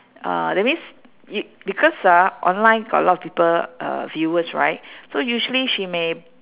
uh that means y~ you because ah online got a lot of people uh viewers right so usually she may